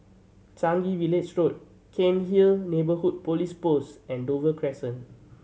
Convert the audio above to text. Changi Village Road Cairnhill Neighbourhood Police Post and Dover Crescent